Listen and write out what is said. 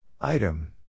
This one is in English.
Item